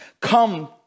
come